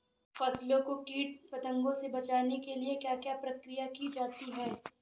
फसलों को कीट पतंगों से बचाने के लिए क्या क्या प्रकिर्या की जाती है?